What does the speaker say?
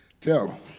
Tell